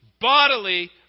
bodily